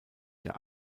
der